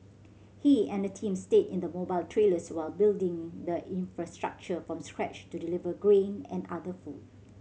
he and a team stayed in mobile trailers while building the infrastructure from scratch to deliver grain and other food